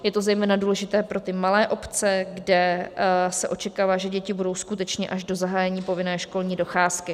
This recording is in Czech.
Je to zejména důležité pro malé obce, kde se očekává, že děti tu budou skutečně až do zahájení povinné školní docházky.